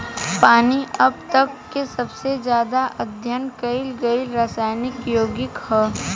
पानी अब तक के सबसे ज्यादा अध्ययन कईल गईल रासायनिक योगिक ह